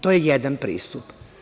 To je jedan pristup.